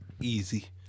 Easy